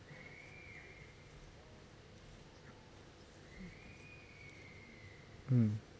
mm